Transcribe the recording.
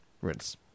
Rinse